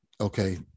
okay